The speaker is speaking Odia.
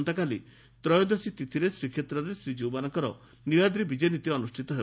ଆସନ୍ତାକାଲି ତ୍ରୟୋଦଶୀ ତିଥିରେ ଶ୍ରୀକ୍ଷେତ୍ରରେ ଶ୍ରୀକୀଉମାନଙ୍କର ନୀଳାଦ୍ରି ବିଜେ ନୀତି ଅନୁଷ୍ଠିତ ହେବ